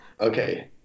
Okay